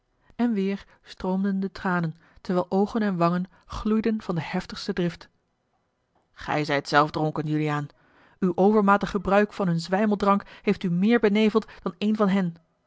en weêr stroomden de tranen terwijl oogen en wangen gloeiden van de heftigste drift ij zijt zelf dronken juliaan uw overmatig gebruik van hun zwijmeldrank heeft u meer beneveld dan een van hen